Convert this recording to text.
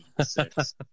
six